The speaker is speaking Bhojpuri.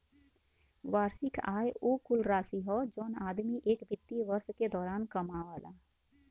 वार्षिक आय उ कुल राशि हौ जौन आदमी एक वित्तीय वर्ष के दौरान कमावला